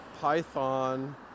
Python